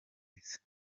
isi